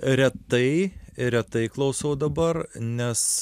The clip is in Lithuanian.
retai retai klausau dabar nes